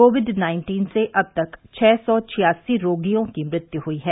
Covid nineteen से अब तक छह सौ छियासी रोगियों की मृत्यु हुई है